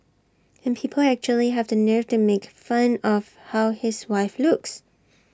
and people actually have the nerve to make fun of how his wife looks